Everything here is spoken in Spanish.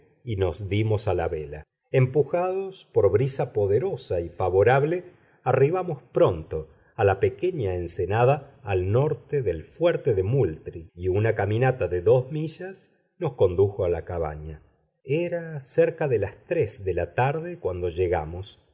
y nos dimos a la vela empujados por brisa poderosa y favorable arribamos pronto a la pequeña ensenada al norte del fuerte de moultrie y una caminata de dos millas nos condujo a la cabaña era cerca de las tres de la tarde cuando llegamos